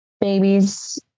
babies